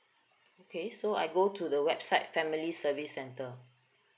okay so I go to the website family service center